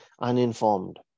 uninformed